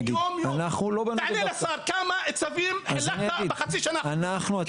תענה לשר, כמה צווים חילקת בחצי השנה האחרונה.